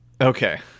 Okay